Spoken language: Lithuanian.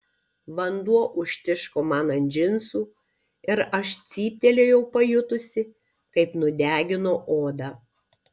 vanduo užtiško man ant džinsų ir aš cyptelėjau pajutusi kaip nudegino odą